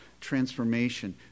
transformation